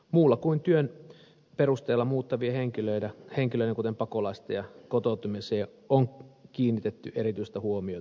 muulla kuin työn perusteella muuttavien henkilöiden kuten pakolaisten kotouttamiseen on kiinnitetty erityistä huomiota